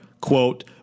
quote